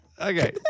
Okay